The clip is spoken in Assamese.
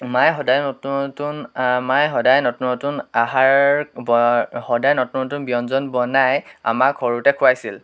মায়ে সদায় নতুন নতুন মায়ে সদায় নতুন নতুন আহাৰ ব সদায় নতুন নতুন ব্যঞ্জন বনাই আমাক সৰুতে খোঁৱাইছিল